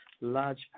large